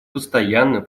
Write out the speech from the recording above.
постоянно